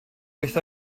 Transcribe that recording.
wyth